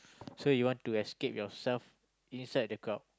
so you want to escape yourself inside the crowd